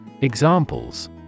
Examples